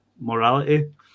morality